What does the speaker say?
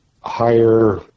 higher